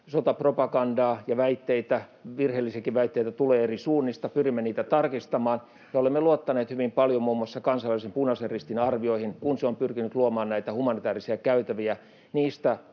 Sotapropagandaa ja väitteitä, virheellisiäkin väitteitä, tulee eri suunnista. Pyrimme niitä tarkistamaan. Me olemme luottaneet hyvin paljon muun muassa kansainvälisen Punaisen Ristin arvioihin, kun se on pyrkinyt luomaan humanitäärisia käytäviä niistä